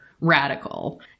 radical